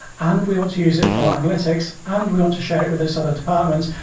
and we want to use it for analytics, and we want to share it with this other department,